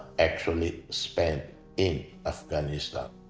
actually spent in afghanistan.